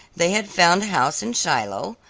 they had found a house in shiloh,